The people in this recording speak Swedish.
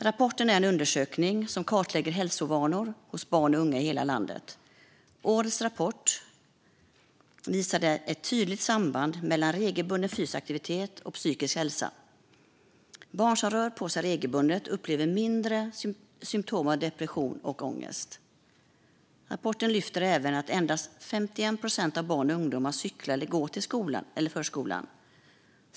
Rapporten är en undersökning som kartlägger hälsovanor hos barn och unga i hela landet. Årets rapport visade ett tydligt samband mellan regelbunden fysisk aktivitet och psykisk hälsa. Barn som rör på sig regelbundet upplever mindre symtom av depression och ångest. Rapporten lyfter även att endast 51 procent av barn och ungdomar cyklar eller går till skolan eller förskolan.